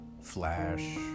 Flash